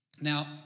Now